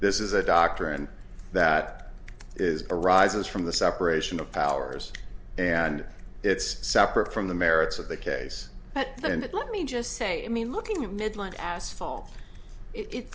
this is a doctor and that is arises from the separation of powers and it's separate from the merits of the case but then let me just say i mean looking at midline asphalt it